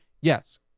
Yes